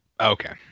Okay